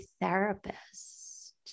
therapist